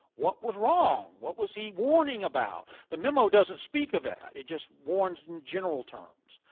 what was wrong? what was he warning about? the memo doesn't speak of that. it just warns in general terms.